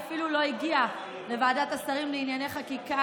היא אפילו לא הגיעה לוועדת השרים לענייני חקיקה,